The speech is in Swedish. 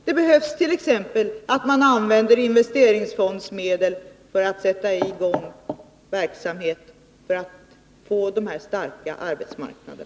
Det behövs t.ex. att investeringsfondmedel används för att sätta i gång verksamhet, om vi skall få dessa starka arbetsmarknader.